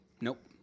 Nope